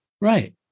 Right